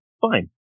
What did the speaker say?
Fine